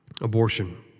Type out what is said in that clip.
abortion